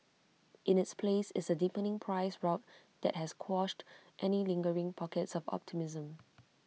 in its place is A deepening price rout that has quashed any lingering pockets of optimism